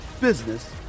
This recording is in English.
business